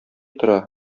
тора